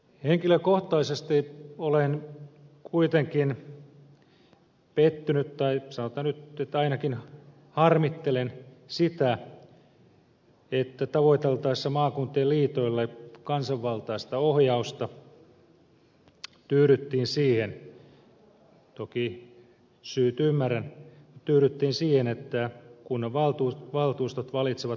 henkilökohtaisesti olen kuitenkin pettynyt siihen tai sanotaan nyt että ainakin harmittelen sitä että tavoiteltaessa maakuntien liitoille kansanvaltaista ohjausta tyydyttiin siihen toki syyt ymmärrän että kunnanvaltuustot valitsevat maakuntavaltuuston jäsenet